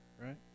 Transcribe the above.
right